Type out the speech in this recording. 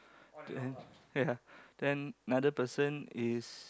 then ya then another person is